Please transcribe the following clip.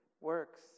works